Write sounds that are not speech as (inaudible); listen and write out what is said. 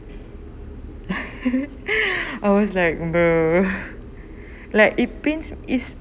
(laughs) I was like err (breath) like it pins is